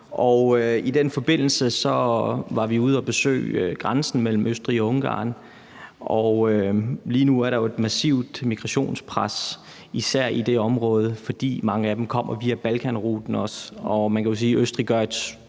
i den forbindelse var vi ude at besøge grænsen mellem Østrig og Ungarn. Lige nu er der jo et massivt migrationspres, især i det område, fordi mange af dem kommer via Balkanruten.